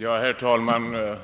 Herr talman!